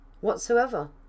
whatsoever